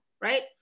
Right